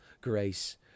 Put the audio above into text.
grace